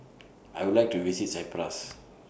I Would like to visit Cyprus